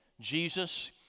Jesus